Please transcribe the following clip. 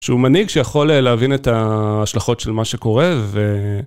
שהוא מנהיג שיכול להבין את ההשלכות של מה שקורה ו...